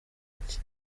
iki